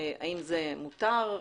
האם זה מותר,